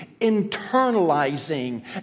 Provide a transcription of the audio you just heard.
internalizing